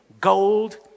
gold